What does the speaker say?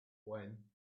when